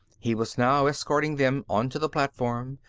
he was now escorting them onto the platform,